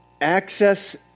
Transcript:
access